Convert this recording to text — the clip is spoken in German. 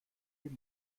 dem